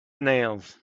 nails